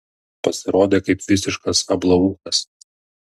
pasirodė kaip visiškas ablaūchas